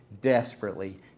desperately